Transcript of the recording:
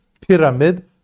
pyramid